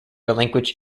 relinquish